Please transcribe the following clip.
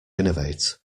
innovate